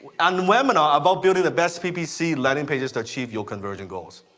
an webinar about building the best ppc landing pages to achieve your conversion goals.